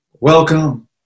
Welcome